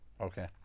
Okay